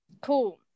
Cool